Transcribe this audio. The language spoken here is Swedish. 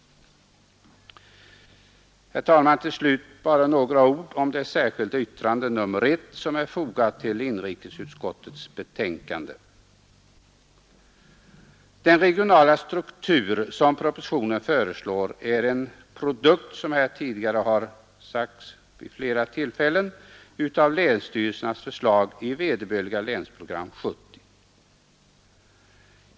Herr talman! Till slut bara några ord om det särskilda yttrande nr 1 som är fogat till inrikesutskottets betänkande. Den regionala struktur som propositionen föreslår är, som här tidigare sagts vid flera tillfällen, en produkt av länsstyrelsernas förslag i Länsprogram 70.